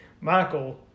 Michael